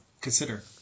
consider